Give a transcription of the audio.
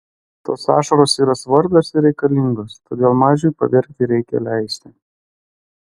tos ašaros yra svarbios ir reikalingos todėl mažiui paverkti reikia leisti